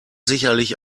sicherlich